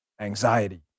anxiety